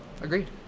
Agreed